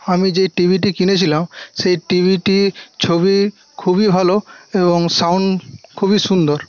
আমি যে টি ভিটি কিনেছিলাম সেই টি ভিটি ছবি খুবই ভালো এবং সাউন্ড খুবই সুন্দর